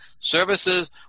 services